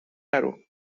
نرو